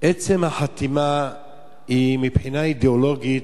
עצם החתימה היא, מבחינה אידיאולוגית,